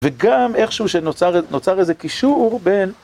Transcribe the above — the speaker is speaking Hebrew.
וגם איכשהו שנוצר איזה קישור בין...